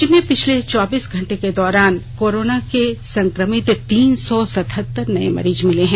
राज्य में पिछले चौबीस घंटे के दौरान कोरोना से संक्रमित तीन सौ सतहत्तर नए मरीज मिले हैं